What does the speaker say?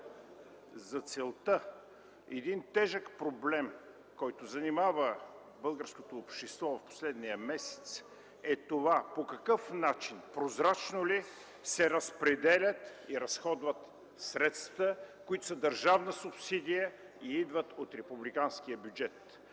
За целта един тежък проблем, който занимава българското общество в последния месец, е това, по какъв начин и прозрачно ли се разпределят и разходват средствата, които са държавна субсидия и идват от републиканския бюджет.